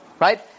right